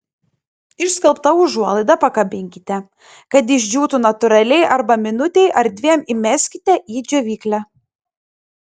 išskalbtą užuolaidą pakabinkite kad išdžiūtų natūraliai arba minutei ar dviem įmeskite į džiovyklę